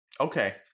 Okay